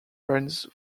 runs